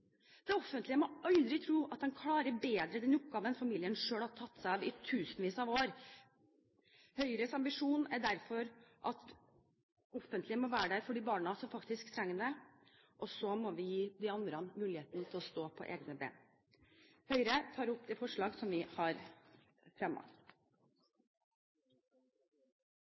Det offentlige må aldri tro at de bedre klarer den oppgaven familien har tatt seg av i tusenvis av år. Høyres ambisjon er derfor at det offentlige må være der for de barna som faktisk trenger det, og så må vi gi de andre muligheten til å stå på egne ben. Jeg tar opp de forslag som Høyre er medforslagsstiller til. Representanten Linda C. Hofstad Helleland har